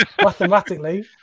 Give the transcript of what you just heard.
mathematically